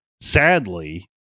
Sadly